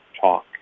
talk